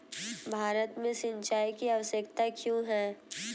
भारत में सिंचाई की आवश्यकता क्यों है?